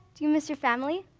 do you miss your family?